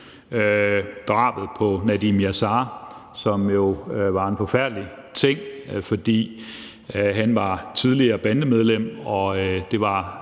drabet på Nedim Yasar, som jo var en forfærdelig ting. Han var tidligere bandemedlem, og det var